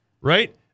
Right